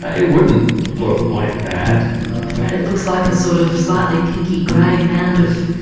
ah it wouldn't look like that. i'm afraid it looks like a sort of slightly pinky-grey mound of.